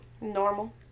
Normal